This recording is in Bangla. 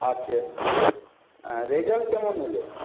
আচ্ছা রেজাল্ট কেমন হলো